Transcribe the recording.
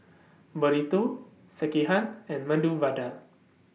Burrito Sekihan and Medu Vada